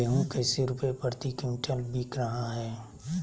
गेंहू कैसे रुपए प्रति क्विंटल बिक रहा है?